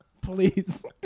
Please